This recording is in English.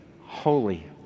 holy